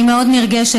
אני מאוד נרגשת.